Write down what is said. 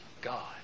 God